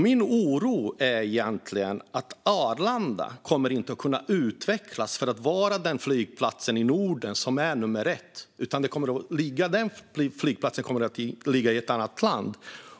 Min oro är att Arlanda inte kommer att kunna utvecklas så att det blir den flygplats i Norden som är nummer ett och att den flygplatsen kommer att ligga i ett annat land.